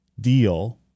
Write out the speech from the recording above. deal